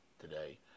today